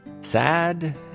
sad